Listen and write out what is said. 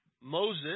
Moses